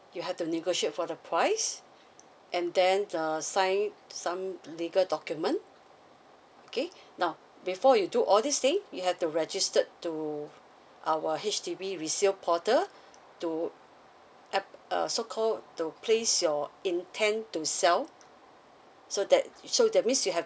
you have to negotiate for the price and then uh sign some legal document okay now before you do all these things you have to register to our H_D_B resale portal to app~ uh so call to place your intend to sell so that so that means you have